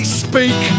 speak